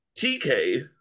TK